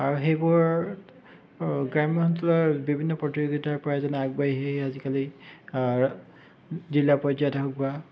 আৰু সেইবোৰত গ্ৰাম্য অঞ্চলৰ বিভিন্ন প্ৰতিযোগিতাৰ পৰা যেনে আগবাঢ়ি আহি আহি আজিকালি জিলা পৰ্যায়ত হওক বা